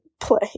Play